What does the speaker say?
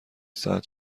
ساعت